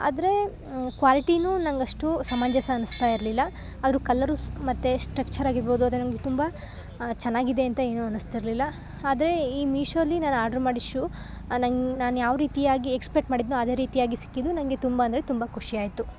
ಆದರೆ ಕ್ವಾಲಿಟಿಯು ನಂಗೆ ಅಷ್ಟು ಸಮಂಜಸ ಅನಿಸ್ತಾಯಿರಲಿಲ್ಲ ಆರು ಕಲರು ಮತ್ತೆ ಸ್ಟ್ರಚರ್ ಆಗಿರಬೌದು ಅದು ನಮಗೆ ತುಂಬ ಚೆನ್ನಾಗಿದೆ ಅಂತ ಏನು ಅನಿಸ್ತಿರಲಿಲ್ಲ ಆದರೆ ಈ ಮಿಶೋ ಅಲ್ಲಿ ನಾನು ಆಡ್ರ್ ಮಾಡಿದ್ದು ಶೂ ನಂಗೆ ನಾನು ಯಾವ ರೀತಿಯಾಗಿ ಎಕ್ಸ್ಪೆಕ್ಟ್ ಮಾಡಿದ್ನೊ ಅದೇ ರೀತಿಯಾಗಿ ಸಿಕ್ಕಿದ್ದು ನಂಗೆ ತುಂಬ ಅಂದ್ರೆ ತುಂಬ ಖುಷಿಯಾಯ್ತು